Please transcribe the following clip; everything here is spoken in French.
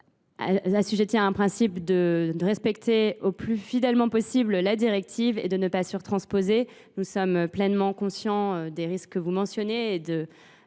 avons l’obligation de respecter le plus fidèlement possible la directive et de ne pas surtransposer. Nous sommes pleinement conscients des risques que vous mentionnez et de